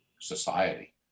society